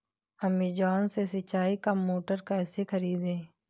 Amazon से सिंचाई का मोटर कैसे खरीदें?